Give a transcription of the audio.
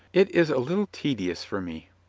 it is a little tedious for me.